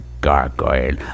gargoyle